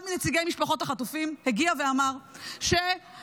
אחד מנציגי משפחות החטופים הגיע ואמר שאנשי